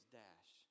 dash